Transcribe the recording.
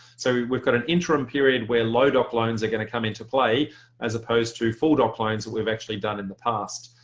so we've we've got an interim period where low doc loans are going to come into play as opposed to full doc loans that we've actually done in the past.